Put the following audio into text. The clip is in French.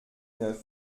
neuf